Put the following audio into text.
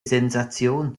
sensation